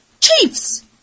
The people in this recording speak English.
Chiefs